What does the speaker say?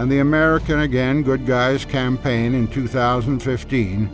and the american again good guys campaign in two thousand and fifteen